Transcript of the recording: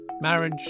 marriage